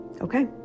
Okay